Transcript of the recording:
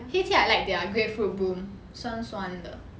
Heytea I like their grapefruit boom 酸酸的